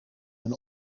een